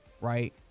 right